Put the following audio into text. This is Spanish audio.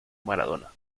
maradona